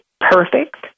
perfect